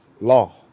law